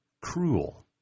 cruel